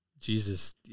Jesus